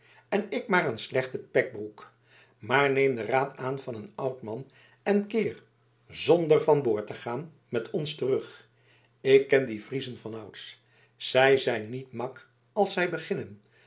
en ik maar een slechte pekbroek maar neem den raad aan van een oud man en keer zonder van boord te gaan met ons terug ik ken die friezen vanouds zij zijn niet mak als zij beginnen